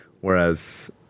Whereas